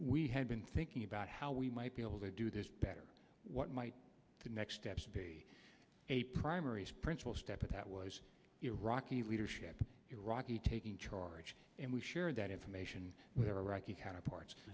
we had been thinking about how we might be able to do this better what might the next steps be a primaries prince will step up that was iraqi leadership iraqi taking charge and we shared that information with iraqi counterparts